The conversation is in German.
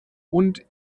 und